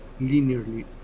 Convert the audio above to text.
linearly